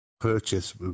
purchase